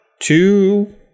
two